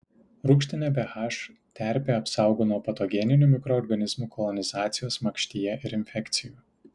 rūgštinė ph terpė apsaugo nuo patogeninių mikroorganizmų kolonizacijos makštyje ir infekcijų